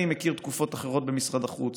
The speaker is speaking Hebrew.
אני מכיר תקופות אחרות במשרד החוץ